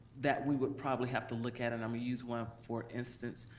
that we would probably have to look at, and i'm gonna use one of, for instance,